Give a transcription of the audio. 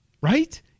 Right